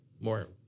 more